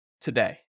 today